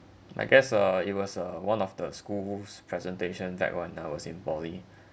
I guess uh it was uh one of the school's presentation that one when I was in poly